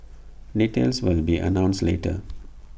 details will be announced later